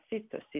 sister